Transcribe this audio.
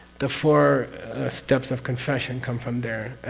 the four steps of confession come from there.